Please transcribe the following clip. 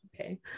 okay